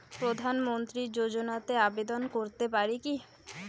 প্রধানমন্ত্রী যোজনাতে আবেদন করতে পারি কি?